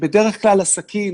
בדרך כלל עסקים